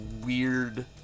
weird